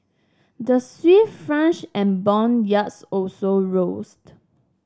the Swiss and bond yields also rose